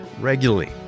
regularly